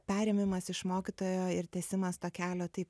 perėmimas iš mokytojo ir tęsimas takelio taip